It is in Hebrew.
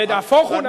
נהפוך הוא,